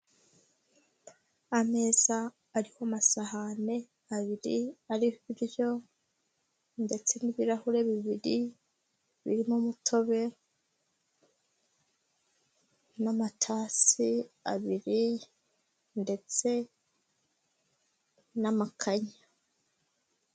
Ameza ariho masahani abiri ariho ibiryo ndetse n'ibirahure bibiri birimo umutobe n'amatasi abiri ndetse n'amakanya.